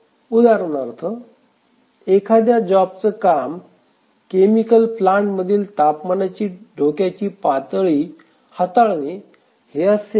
उदाहरणार्थ एखाद्या जॉबच काम केमिकल प्लांट मधील तापमानाची धोक्याची पातळी हाताळणे हे असेल